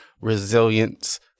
resilience